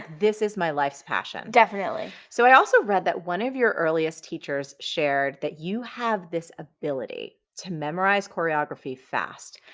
this is my life's passion. definitely. so, i also read that one of your earliest teachers shared that you have this ability to memorize choreography fast.